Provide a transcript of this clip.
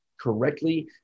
correctly